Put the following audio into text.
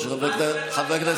חס וחלילה,